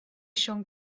siôn